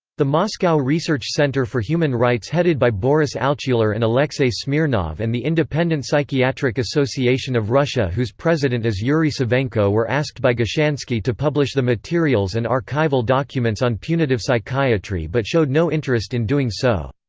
the moscow research center for human rights headed by boris altshuler and alexei smirnov and the independent psychiatric association of russia whose president is yuri savenko were asked by gushansky to publish the materials and archival archival documents on punitive psychiatry but showed no interest in doing so.